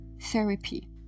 therapy